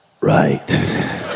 right